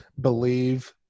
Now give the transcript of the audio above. believe